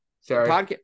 Sorry